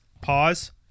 pause